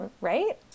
Right